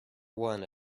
one